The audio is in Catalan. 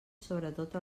sobretot